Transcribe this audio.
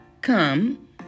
Come